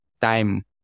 time